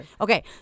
okay